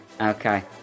Okay